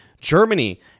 germany